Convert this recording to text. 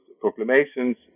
proclamations